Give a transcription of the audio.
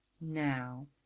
Now